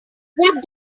what